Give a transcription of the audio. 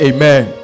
Amen